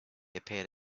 appeared